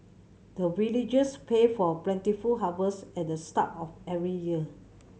the villagers pray for plentiful harvest at the start of every year